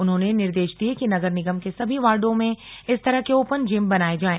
उन्होंने निर्देश दिये कि नगर निगम के सभी वार्डों में इस तरह के ओपन जिम बनाएं जाएं